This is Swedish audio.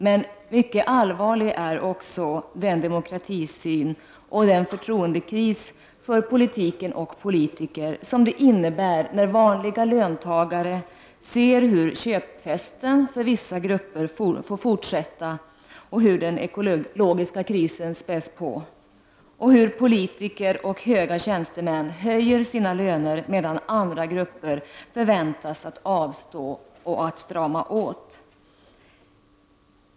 Men mycket allvarlig är också den demokratisyn och den kris som gäller förtroendet för politiken och politiker som det innebär när vanliga löntagare ser hur köpfesten får fortsätta för vissa grupper, hur den ekologiska krisen späds på och hur politiker och höga tjänstemän höjer sina löner, medan andra grupper förväntas avstå och strama åt.